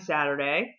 Saturday